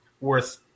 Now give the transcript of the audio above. worth